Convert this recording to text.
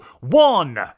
one